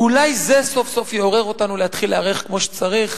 ואולי זה סוף-סוף יעורר אותנו להתחיל להיערך כמו שצריך